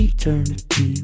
Eternity